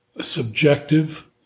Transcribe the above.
subjective